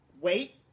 wait